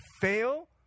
fail